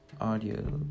audio